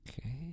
Okay